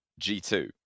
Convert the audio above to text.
g2